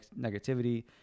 negativity